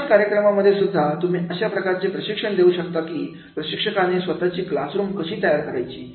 प्रशिक्षण कार्यक्रमांमध्ये सुद्धा तुम्ही अशा प्रकारचे प्रशिक्षण देऊ शकता की प्रशिक्षकाने स्वतःची क्लासरूम कशी तयार करायची